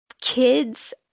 kids